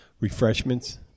refreshments